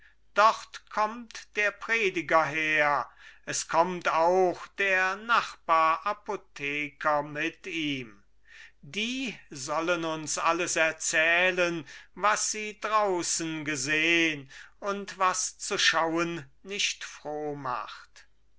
dort kommt der prediger her es kommt auch der nachbar apotheker mit ihm die sollen uns alles erzählen was sie draußen gesehn und was zu schauen nicht froh macht